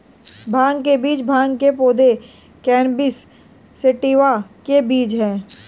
भांग के बीज भांग के पौधे, कैनबिस सैटिवा के बीज हैं